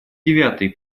девятый